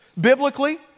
Biblically